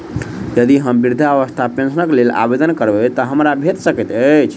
यदि हम वृद्धावस्था पेंशनक लेल आवेदन करबै तऽ हमरा भेट सकैत अछि?